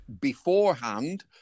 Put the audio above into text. beforehand